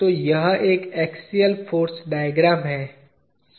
तो यह एक एक्सियल फाॅर्स डायग्राम है